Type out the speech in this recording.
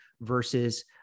versus